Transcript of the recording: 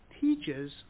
teaches